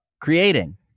creating